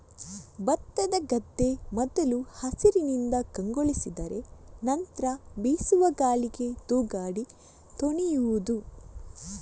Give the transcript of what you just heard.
ಭತ್ತದ ಗದ್ದೆ ಮೊದಲು ಹಸಿರಿನಿಂದ ಕಂಗೊಳಿಸಿದರೆ ನಂತ್ರ ಬೀಸುವ ಗಾಳಿಗೆ ತೂಗಾಡಿ ತೊನೆಯುವುದು